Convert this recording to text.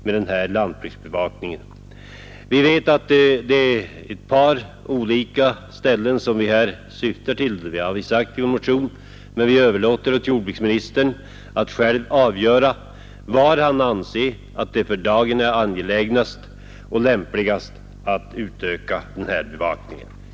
Vi har i motionen sagt vilka länder vi syftar till, men vi överlåter åt jordbruksministern att själv avgöra var det för dagen är mest angeläget och lämpligt att utöka bevakningen.